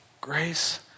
Grace